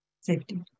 Safety